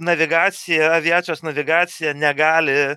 navigacija aviacijos navigacija negali